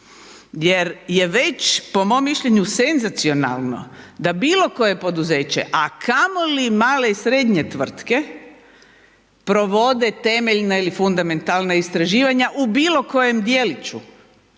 jer je već po mom mišljenju, senzacionalno da bilokoje poduzeće a kamoli male i srednje tvrtke provode temeljna ili fundamentalna istraživanja u bilokojem djeliću.